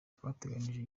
twateganyije